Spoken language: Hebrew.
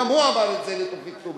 גם הוא אמר את זה, תופיק טובי.